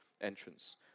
entrance